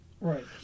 right